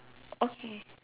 okay